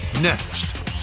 Next